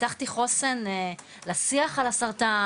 פיתחתי חוסן והמון ציניות לשיח על סרטן,